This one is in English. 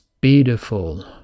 beautiful